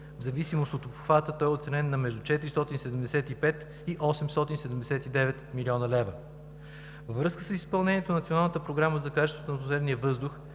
в зависимост от обхвата той е оценен между 475 и 879 млн. лв. Във връзка с изпълнението на